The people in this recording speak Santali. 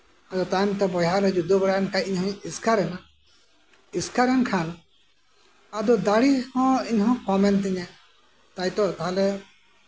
ᱛᱟᱭᱚᱢᱛᱮ ᱵᱚᱭᱦᱟ ᱞᱮ ᱡᱩᱫᱟᱹ ᱵᱟᱲᱟᱭᱮᱱ ᱠᱷᱟᱡ ᱤᱧ ᱦᱚᱸ ᱤᱥᱠᱟᱨ ᱮᱱᱟ ᱮᱥᱠᱟᱨ ᱮᱱ ᱠᱷᱟᱱ ᱫᱟᱲᱮ ᱟᱫᱚ ᱫᱟᱲᱮ ᱦᱚᱸ ᱤᱧ ᱦᱚᱸ ᱠᱚᱢ ᱮᱱ ᱛᱤᱧᱟ ᱛᱟᱭᱛᱚ ᱛᱟᱦᱞᱮ